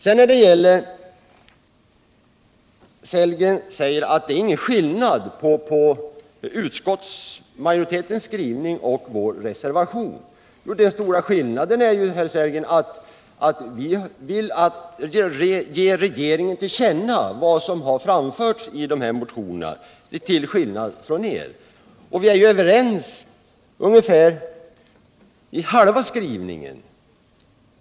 Rolf Sellgren sade att det inte är någon skillnad på utskottsmajoritetens skrivning och vår reservation. Men den stora skillnaden är ju, herr Sellgren, att vi till skillnad från er vill ge regeringen till känna vad som anförts i reservationerna. Vi är överens om ungefär halva utskottets skrivning.